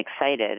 excited